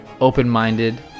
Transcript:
open-minded